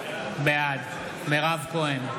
בעד מירב כהן,